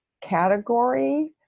category